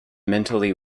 mentally